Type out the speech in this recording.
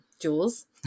Jules